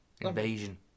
Invasion